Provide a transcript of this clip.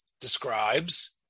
describes